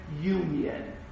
Union